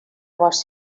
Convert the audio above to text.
bosc